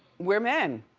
we're men,